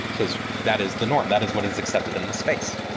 because that is the norm. that is what is accepted in this space.